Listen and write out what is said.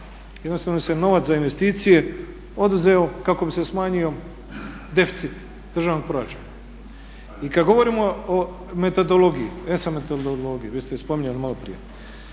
jednostavno im se nova za investicije oduzeo kako bi se smanjio deficit državnog proračuna. I kada govorimo o ESO metodologiji, vi ste ju spominjali malo prije,